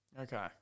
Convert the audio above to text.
Okay